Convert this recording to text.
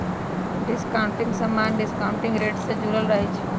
discounting समान्य discounting rate से जुरल रहै छइ